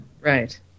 right